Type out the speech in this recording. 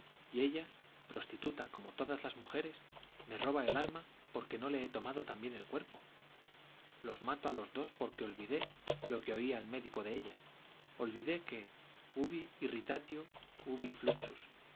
y ella prostituta como todas las mujeres me roba el alma porque no le he tomado también el cuerpo los mato a los dos porque olvidé lo que oí al médico de ella olvidé que ubi irritatio ibi